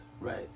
right